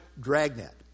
dragnet